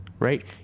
Right